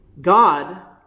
God